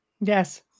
yes